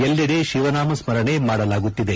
ಎಲ್ಲೆಡೆ ಶಿವ ನಾಮ ಸ್ಕರಣೆ ಮಾಡಲಾಗುತ್ತಿದೆ